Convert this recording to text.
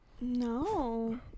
No